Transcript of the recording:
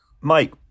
Mike